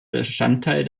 bestandteil